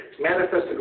manifested